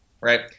right